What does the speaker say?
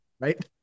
Right